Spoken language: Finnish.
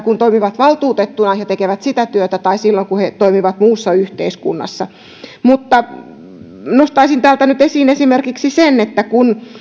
kun toimivat valtuutettuna ja tekevät sitä työtä tai silloin kun he toimivat muussa yhteiskunnassa nostaisin täältä nyt esiin esimerkiksi sen että kun